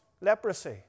leprosy